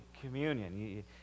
Communion